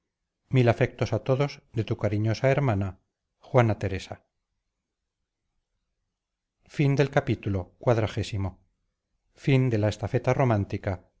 mil afectos a todos de tu cariñosa hermana juana teresa